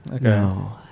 No